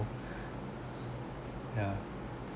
yeah